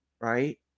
right